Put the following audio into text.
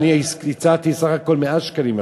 אני הצעתי סך הכול 100 שקלים אפילו,